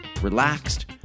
relaxed